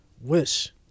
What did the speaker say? Wish